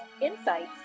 insights